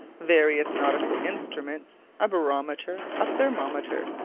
various nautical instruments, a barometer, a thermometer,